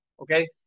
Okay